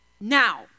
Now